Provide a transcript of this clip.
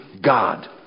God